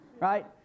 Right